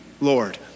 Lord